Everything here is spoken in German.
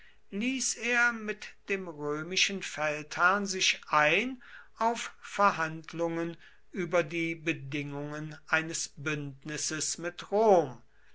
ließ er mit dem römischen feldherrn sich ein auf verhandlungen über die bedingungen eines bündnisses mit rom